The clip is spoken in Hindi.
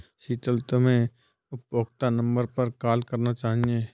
शीतल, तुम्हे उपभोक्ता नंबर पर कॉल करना चाहिए